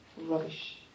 Rubbish